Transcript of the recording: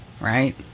right